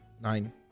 nine